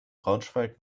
braunschweig